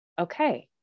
okay